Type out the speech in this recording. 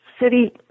city